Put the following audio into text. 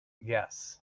Yes